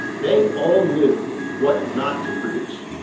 they all knew what not to produce.